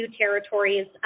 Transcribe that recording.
territories